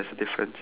ya